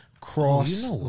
cross